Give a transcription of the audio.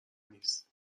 نیست